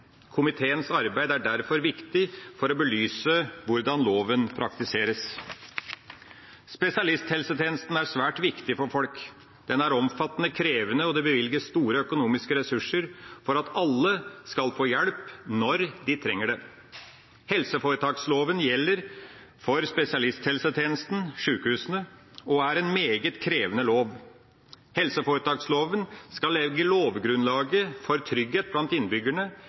Komiteens arbeid er derfor viktig for å belyse hvordan loven praktiseres. Spesialisthelsetjenesten er svært viktig for folk. Den er omfattende og krevende, og det bevilges store økonomiske ressurser for at alle skal få hjelp når de trenger det. Helseforetaksloven gjelder for spesialisthelsetjenesten – sjukehusene – og er en meget krevende lov. Helseforetaksloven skal legge lovgrunnlaget for trygghet blant innbyggerne,